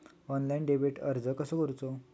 Online डेबिटला अर्ज कसो करूचो?